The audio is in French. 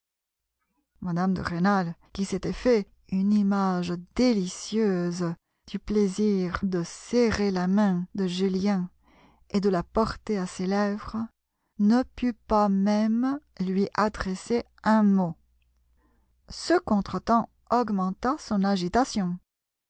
mme de rênal qui s'était fait une image délicieuse du plaisir de serrer la main de julien et de la porter à ses lèvres ne put pas même lui adresser un mot ce contretemps augmenta son agitation